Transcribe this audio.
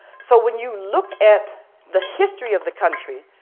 so when you look at the history of the country,